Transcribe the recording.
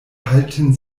halten